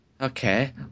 Okay